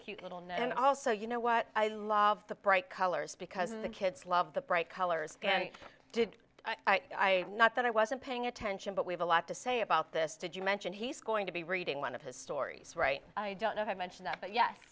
cute little nose and also you know what i love the bright colors because the kids love the bright colors and did i not that i wasn't paying attention but we have a lot to say about this did you mention he's going to be reading one of his stories right i don't know if i mention that